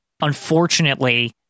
unfortunately